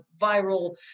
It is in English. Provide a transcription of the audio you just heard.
viral